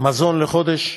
מזון לחודש.